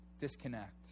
disconnect